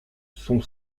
son